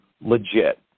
legit